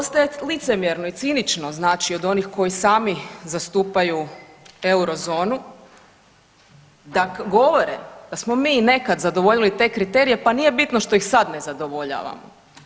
Dosta je licemjerno i cinično, znači od onih koji sami zastupaju euro zonu da govore da smo mi nekad zadovolji te kriterije, pa nije bitno što ih sad ne zadovoljavamo.